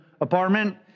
apartment